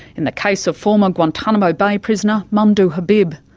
in the case of former guantanamo bay prisoner, mamdouh habib.